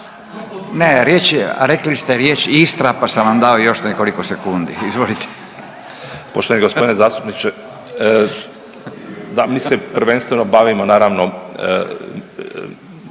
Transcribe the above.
rekli ste riječ Istra pa sam vam dao još nekoliko sekundi, izvolite. **Katić, Žarko** Poštovani g. zastupniče, da, mi se prvenstveno bavimo naravno,